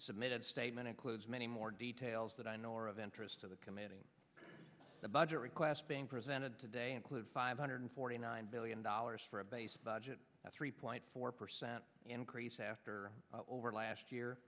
submitted statement includes many more details that i know are of interest of the committee the budget requests being presented today include five hundred forty nine billion dollars for a base budget that's three point four percent increase after over last year